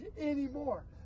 anymore